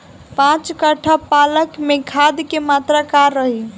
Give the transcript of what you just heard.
पाँच कट्ठा पालक में खाद के मात्रा का रही?